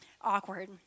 awkward